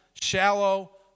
shallow